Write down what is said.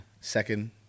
second